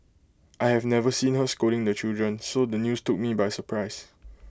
I have never seen her scolding the children so the news took me by surprise